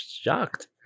shocked